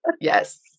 Yes